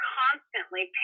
constantly